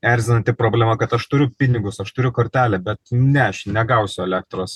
erzinanti problema kad aš turiu pinigus aš turiu kortelę bet ne aš negausiu elektros